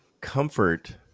comfort